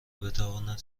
بتواند